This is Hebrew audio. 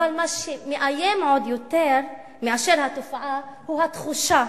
אבל מה שמאיים עוד יותר מהתופעה הוא התחושה,